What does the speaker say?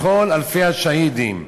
לכל אלפי השהידים.